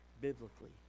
biblically